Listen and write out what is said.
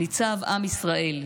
ניצב עם ישראל,